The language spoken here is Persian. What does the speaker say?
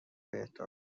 بهداشت